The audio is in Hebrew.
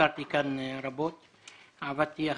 תודה רבה.